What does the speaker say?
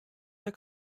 der